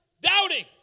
doubting